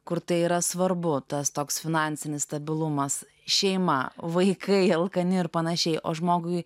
kur tai yra svarbu tas toks finansinis stabilumas šeima vaikai alkani ir pan o žmogui